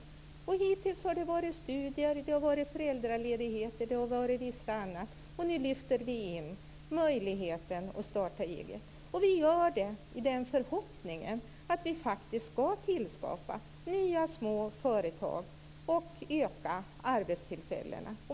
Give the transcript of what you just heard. Hittills har det varit studier, föräldraledigheter, osv. Nu lyfter vi in möjligheten att starta eget. Vi gör det i förhoppningen att vi faktiskt skall tillskapa nya små företag och öka antalet arbetstillfällen.